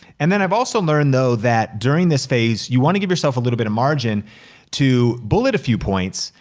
and then i've also learned though, that during this phase you wanna give yourself a little bit of margin to bullet a few points,